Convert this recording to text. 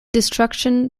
destruction